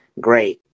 great